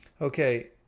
Okay